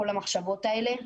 כל המחשבות האלה.